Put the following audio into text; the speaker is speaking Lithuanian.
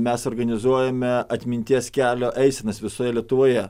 mes organizuojame atminties kelio eisenas visoje lietuvoje